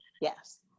Yes